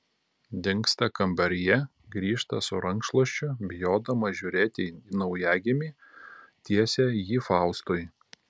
dingsta kambaryje grįžta su rankšluosčiu bijodama žiūrėti į naujagimį tiesia jį faustui